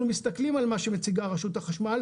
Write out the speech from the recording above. אנחנו מסתכלים על מה שמציגה רשות החשמל,